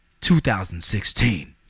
2016